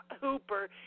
Hooper